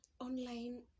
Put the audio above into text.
Online